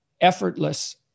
effortless